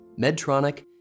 Medtronic